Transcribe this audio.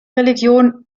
religion